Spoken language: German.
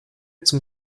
zum